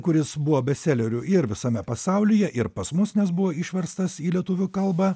kuris buvo bestseleriu ir visame pasaulyje ir pas mus nes buvo išverstas į lietuvių kalbą